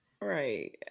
Right